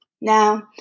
Now